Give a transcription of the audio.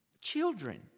Children